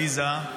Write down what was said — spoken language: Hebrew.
עליזה,